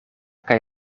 kaj